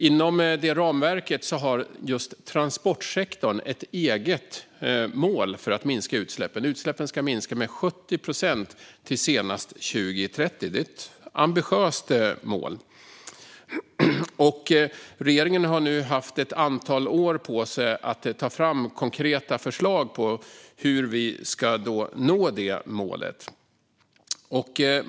Inom detta ramverk har just transportsektorn ett eget mål för att minska utsläppen. Utsläppen ska minska med 70 procent till senast 2030; det är ett ambitiöst mål. Regeringen har nu haft ett antal år på sig att ta fram konkreta förslag på hur vi ska nå det målet.